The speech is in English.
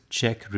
check